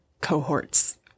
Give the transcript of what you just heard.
cohorts